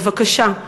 בבקשה.